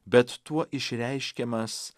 bet tuo išreiškiamas